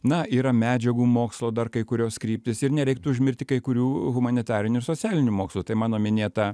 na yra medžiagų mokslo dar kai kurios kryptys ir nereiktų užmirti kai kurių humanitarinių ir socialinių mokslų tai mano minėta